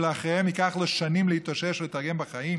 שלאחריהן ייקח לו שנים להתאושש ולהתארגן בחיים?"